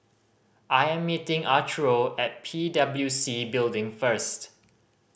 I am meeting Arturo at P W C Building first